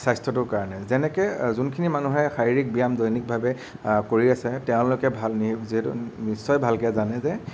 স্বাস্থ্যটোৰ কাৰণে যেনেকৈ যোনখিনি মানুহে শাৰীৰিক ব্যায়াম দৈনিকভাৱে কৰি আছে তেওঁলোকে ভাল নি যিহেতু নিশ্চয় ভালকৈ জানে যে